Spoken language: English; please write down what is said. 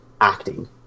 acting